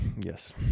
Yes